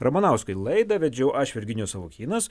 ramanauskui laidą vedžiau aš virginijus savukynas